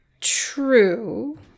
true